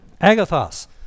Agathos